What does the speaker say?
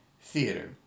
Theater